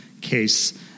Case